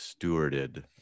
stewarded